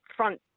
front